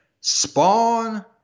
spawn